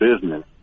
business